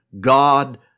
God